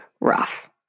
rough